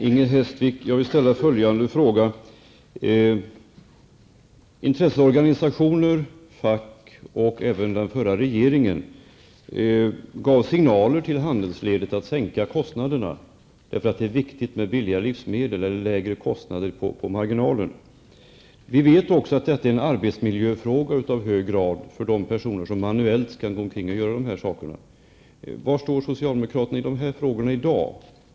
Herr talman! Jag skulle vilja ställa ett par frågor till Inger Hestvik. Intresseorganisationer, fack och även den förra regeringen har ju avgett signaler till handelsledet om att dessa skall sänka kostnaderna, därför att det är viktigt att livsmedlen är billiga, dvs. att kostnaderna marginellt blir lägre. Det här uppfattas, det vet vi, som en fråga som i hög grad handlar om arbetsmiljön för de personer som manuellt skall sköta de här sakerna. Mina frågor är således: Var står ni socialdemokrater i de här frågorna i dag?